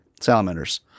salamanders